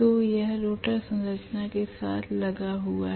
तो यह रोटर संरचना के साथ लगा हुआ है